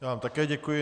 Já vám také děkuji.